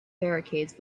barricades